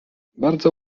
bardzo